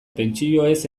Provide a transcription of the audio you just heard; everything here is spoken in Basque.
pentsioez